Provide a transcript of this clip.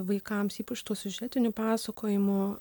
vaikams ypač tuo siužetiniu pasakojimu